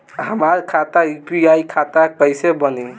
हमार खाता यू.पी.आई खाता कईसे बनी?